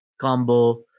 combo